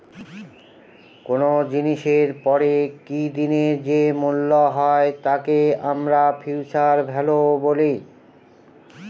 কোনো জিনিসের পরে কি দিনের যে মূল্য হয় তাকে আমরা ফিউচার ভ্যালু বলি